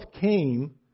came